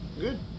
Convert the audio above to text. Good